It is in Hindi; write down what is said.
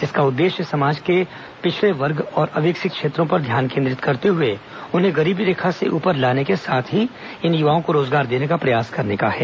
इसका उद्देश्य समाज के पिछड़े वर्ग और अविकसित क्षेत्रों पर ध्यान केन्द्रित करते हुए उन्हें गरीबी रेखा से ऊपर लाने के साथ ही इन युवाओं को रोजगार देने का प्रयास करने का है